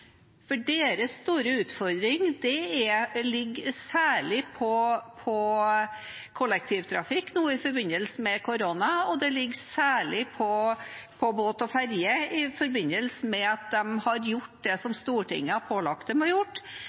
for deres store utfordring ligger særlig på kollektivtrafikk nå i forbindelse med korona, og det ligger særlig på båt og ferje i forbindelse med at de har gjort det som Stortinget har pålagt dem å